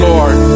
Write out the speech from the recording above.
Lord